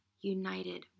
united